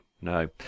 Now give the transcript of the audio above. no